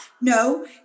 no